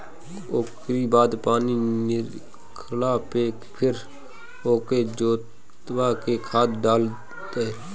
ओकरी बाद पानी निखरला पे फिर ओके जोतवा के खाद डाल दअ